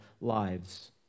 lives